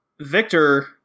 Victor